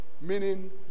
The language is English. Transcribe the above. Meaning